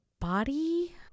body